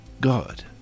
God